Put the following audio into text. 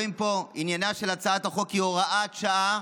עניינה של הצעת החוק הוא הוראת שעה